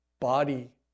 Body